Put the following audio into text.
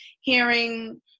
hearing